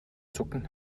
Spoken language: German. zucken